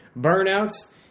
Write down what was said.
burnouts